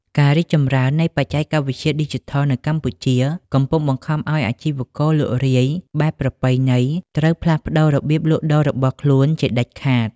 ការរីកចម្រើននៃបច្ចេកវិទ្យាឌីជីថលនៅកម្ពុជា កំពុងបង្ខំឱ្យអាជីវករលក់រាយបែបប្រពៃណីត្រូវផ្លាស់ប្តូររបៀបលក់ដូររបស់ខ្លួនជាដាច់ខាត។